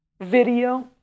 video